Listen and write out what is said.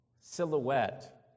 silhouette